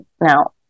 Now